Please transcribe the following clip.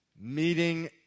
meeting